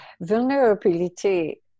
vulnerability